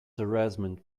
harassment